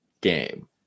game